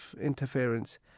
interference